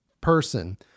person